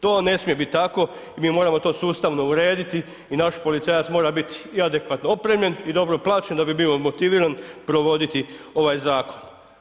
To ne smije biti tako i mi moramo to sustavno urediti i naš policajac mora biti i adekvatno opremljen i dobro plaćen da bi bio motiviran provoditi ovaj zakon.